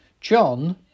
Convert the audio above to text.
John